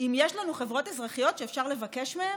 אם יש לנו חברות אזרחיות שאפשר לבקש מהן?